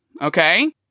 Okay